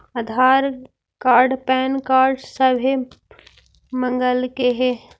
आधार card PAN card सभे मगलके हे?